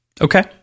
Okay